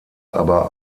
aber